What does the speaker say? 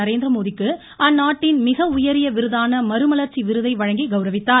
நரேந்திரமோடிக்கு அந்நாட்டின் மிக உயரிய விருதான மறுமலர்ச்சி விருதை வழங்கி கவுரவித்தார்